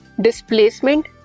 Displacement